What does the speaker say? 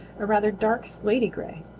a rather dark, slaty-gray.